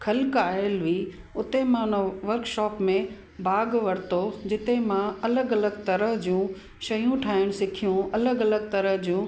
खलक आयल हुई उते मां उन वर्कशॉप में भाग वरितो जिते मां अलॻि अलॻि तरह जूं शयूं ठाहिणु सिखियूं अलॻि अलॻि तरह जूं